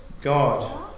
God